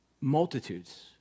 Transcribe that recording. Multitudes